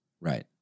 Right